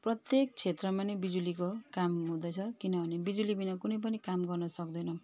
प्रत्येक क्षेत्रमा नै बिजुलीको काम हुँदछ किनभने बिजुली बिना कुनै पनि काम गर्नुसक्दैनौँ